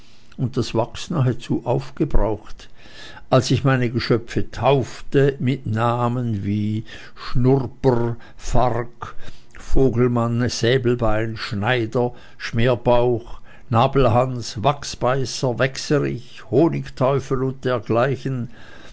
und das wachs nahezu aufgebraucht als ich meine geschöpfe taufte mit namen wie schnurper fark vogelmann säbelbein schneider schmerbauch nabelhans wachsbeißer wächserich honigteufel und dergleichen